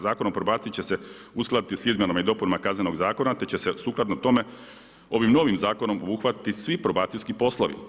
Zakon o probaciji će se uskladiti s izmjenama i dopunama Kaznenog zakona te će se sukladno tome, ovim novim zakonom obuhvatiti svi probacijski poslovi.